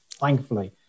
thankfully